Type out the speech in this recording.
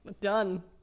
Done